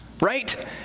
Right